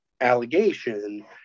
allegation